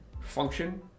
function